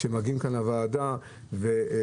שמגיעים לכאן לוועדה כאילו